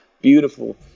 beautiful